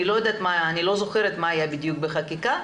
אני לא זוכרת מה היה בדיוק בחקיקה,